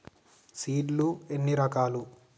Seed లు ఎన్ని రకాలు?